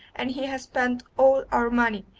and he has spent all our money,